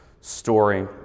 story